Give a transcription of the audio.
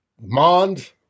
Mond